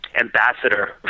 ambassador